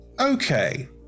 Okay